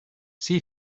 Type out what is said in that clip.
see